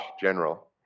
general